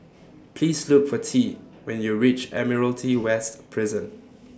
Please Look For Tea when YOU REACH Admiralty West Prison